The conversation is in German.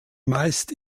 meist